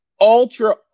ultra